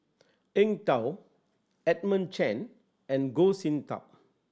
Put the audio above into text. Eng Tow Edmund Chen and Goh Sin Tub